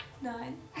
Nine